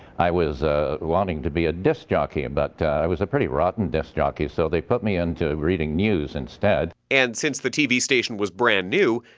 i was ah wanting to be a disk jockey, and but i was a pretty rotten disk jockey, so they put me into reading news instead. tony and since the tv station was brand new,